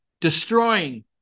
destroying